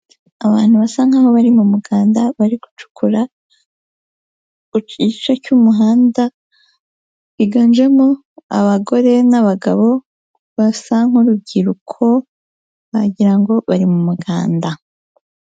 Abantu basa nk'aho bari mu muganda bari gucukura igice cy'umuhanda, higanjemo abagore n'abagabo basa nk'urubyiruko wagira ngo bari mu muganda.